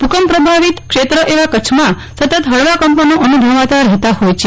ભુકંપ પ્રભાવિત ક્ષેત્ર એવા કચ્છમાં સતત ફળવા કંપનો અનુભવાતા રહેતા ફોય છે